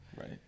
Right